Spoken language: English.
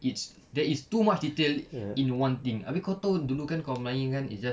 it's there is too much detail in one team abeh kau tahu dulu kan kau main kan is just